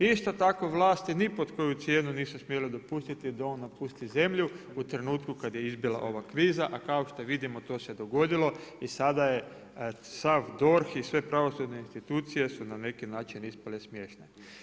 Isto tako vlasti ni pod koju cijenu nisu smjele dopustiti da on napusti zemlju u trenutku kad je izbila ova kriza a kao što vidimo to se dogodilo i sada je sav DORH i sve pravosudne institucije su na neki način ispale smiješne.